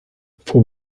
fore